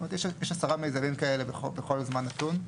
זאת אומרת, יש 10 מיזמים כאלה בכל זמן נתון,